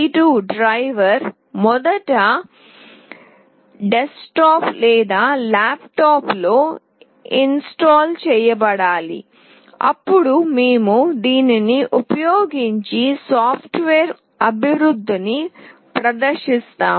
STM32 driver మొదట desktop లేదా ల్యాప్టాప్లో ఇన్స్టాల్ చేయబడాలి అప్పుడు మేము దీనిని ఉపయోగించి సాఫ్ట్వేర్ అభివృద్ధిని ప్రదర్శిస్తాము